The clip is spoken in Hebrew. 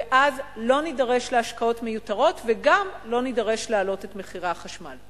ואז לא נידרש להשקעות מיותרות וגם לא נידרש להעלות את מחירי החשמל.